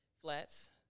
flats